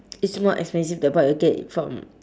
it's more expensive than what it from